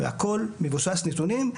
הכול מבוסס נתונים.